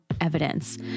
evidence